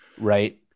right